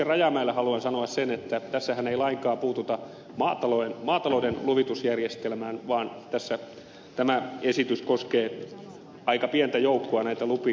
rajamäelle haluan sanoa sen että tässähän ei lainkaan puututa maatalouden luvitusjärjestelmään vaan tämä esitys koskee aika pientä joukkoa näitä lupia